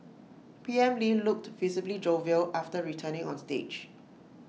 P M lee looked visibly jovial after returning on stage